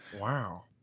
wow